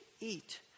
eat